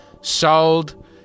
sold